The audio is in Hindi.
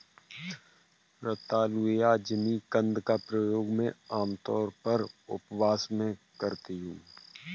रतालू या जिमीकंद का प्रयोग मैं आमतौर पर उपवास में करती हूँ